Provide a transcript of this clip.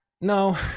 No